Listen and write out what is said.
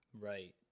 Right